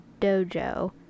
dojo